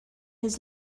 his